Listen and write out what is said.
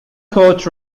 court